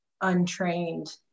untrained